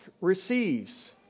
receives